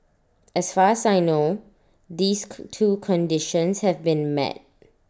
as far as I know these two conditions have been met